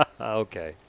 Okay